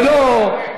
ולא,